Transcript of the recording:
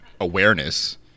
awareness